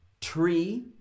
Tree